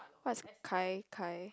what is Kai-Kai